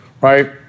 right